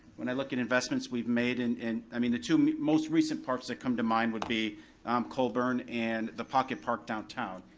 when i look at investments we've made, and and i mean the two most recent parks that come to mind would be colburn and the pocket park downtown,